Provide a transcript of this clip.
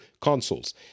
consoles